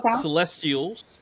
Celestials